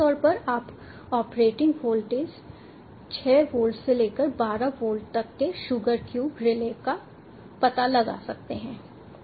आम तौर पर आप ऑपरेटिंग वोल्टेज 6 वोल्ट से लेकर 12 वोल्ट तक के शुगर क्यूब रिले का पता लगा सकते हैं